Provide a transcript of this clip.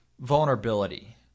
vulnerability